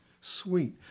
sweet